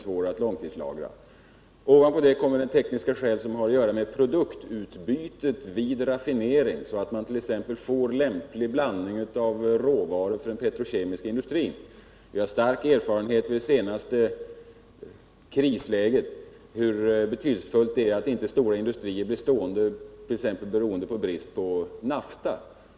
Därtill kommer de tekniska skäl som har att göra med produktutbytet vid raffinering — att man t.ex. vill få ut en lämplig blandning av råvaror för den petrokemiska industrin. Vi har erfarenhet från det senaste krisläget av hur betydelsefullt det äratt inte stora industrier blir stående, exempelvis på grund av brist på nafta.